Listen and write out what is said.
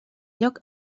lloc